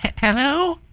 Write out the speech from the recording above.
Hello